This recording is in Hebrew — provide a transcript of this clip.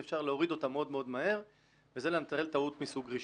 אפשר להוריד אותם מאוד מהר וזה לנטרל טעות מסוג ראשון.